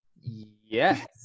Yes